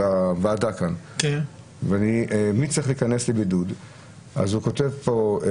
ואני צריך להיכנס לבידוד אז הוא כותב פה: